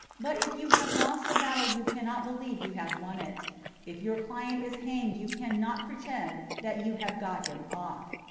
but if you have lost a battle you cannot believe you have won it if your client is hanged you cannot pretend that you have got him off.